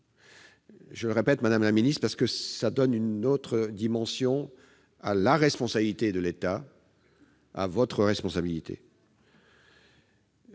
centrales. Et, madame la ministre, cela donne une autre dimension à la responsabilité de l'État, à votre responsabilité.